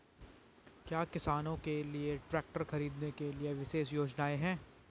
क्या किसानों के लिए ट्रैक्टर खरीदने के लिए विशेष योजनाएं हैं?